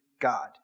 God